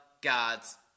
God's